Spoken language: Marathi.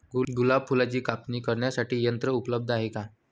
गुलाब फुलाची कापणी करण्यासाठी यंत्र उपलब्ध आहे का?